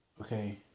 Okay